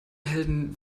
helden